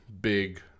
big